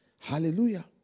Hallelujah